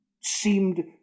Seemed